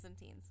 teens